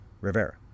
Rivera